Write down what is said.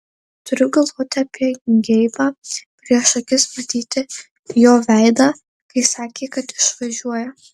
turiu galvoti apie geibą prieš akis matyti jo veidą kai sakė kad išvažiuoja